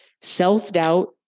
Self-doubt